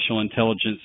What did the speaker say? intelligence